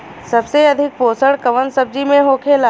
सबसे अधिक पोषण कवन सब्जी में होखेला?